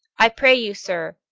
i pray you, sir,